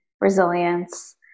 resilience